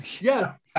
Yes